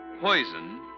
Poison